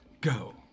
go